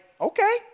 okay